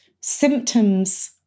symptoms